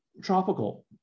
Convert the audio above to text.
tropical